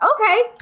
okay